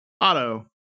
Auto